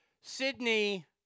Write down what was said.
Sydney